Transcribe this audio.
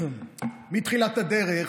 מתחילת הדרך,